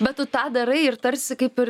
bet tu tą darai ir tarsi kaip ir